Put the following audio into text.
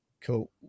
Cool